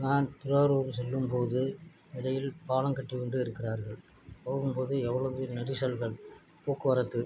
நான் திருவாரூரு செல்லும் போது இடையில் பாலம் கட்டிக்கொண்டு இருக்கிறார்கள் போகும் போது எவ்வளோவு நெரிசல்கள் போக்குவரத்து